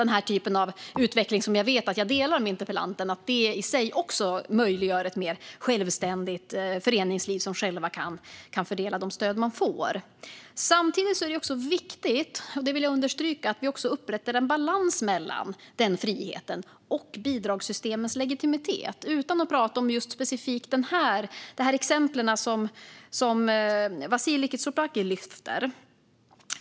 Det är den typ av utveckling som möjliggör ett mer självständigt föreningsliv där de själva kan fördela de stöd de får - detta vet jag att jag delar med interpellanten. Samtidigt vill jag understryka att det är viktigt att vi upprättar en balans mellan den friheten och bidragssystemens legitimitet, utan att tala specifikt om de exempel som Vasiliki Tsouplaki lyfter.